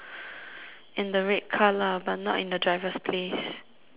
in the red car lah but not in the driver's place